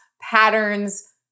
patterns